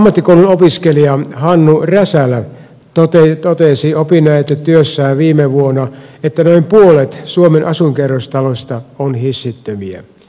vaasan ammattikoulun opiskelija hannu räsälä totesi opinnäytetyössään viime vuonna että noin puolet suomen asuinkerrostaloista on hissittömiä